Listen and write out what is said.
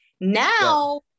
Now